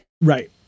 Right